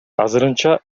азырынча